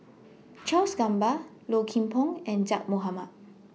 Charles Gamba Low Kim Pong and Zaqy Mohamad